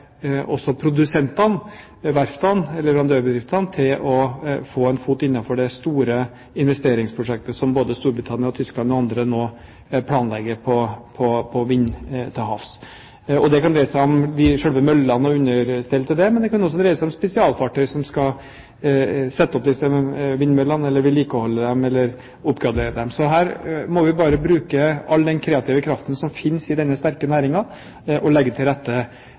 også produsentene, verftene og leverandørbedriftene til å få en fot innenfor det store investeringsprosjektet som både Storbritannia, Tyskland og andre land nå planlegger for vind til havs. Det kan dreie seg om selve møllene og understell til dem, men det kan også dreie seg om spesialfartøy som skal sette opp disse vindmøllene, vedlikeholde dem eller oppgradere dem. Så her må vi bare bruke all den kreative kraften som finnes i denne sterke næringen, og legge til rette